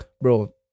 bro